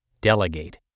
delegate